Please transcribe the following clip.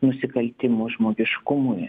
nusikaltimus žmogiškumui